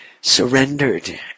surrendered